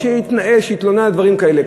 שהתלונן על דברים כאלה,